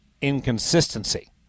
inconsistency